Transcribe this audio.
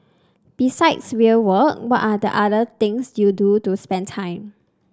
besides real work what are the other things you do to spend time